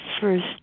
first